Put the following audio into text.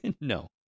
No